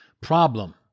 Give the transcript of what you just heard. Problem